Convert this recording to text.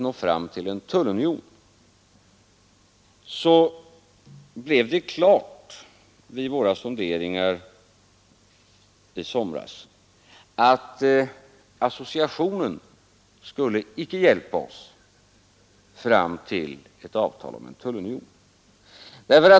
I för att förorda association är att vi den om att det vid våra sonderingar i somras blev klart att associationen inte skulle hjälpa oss fram till ett avtal om en tullunion.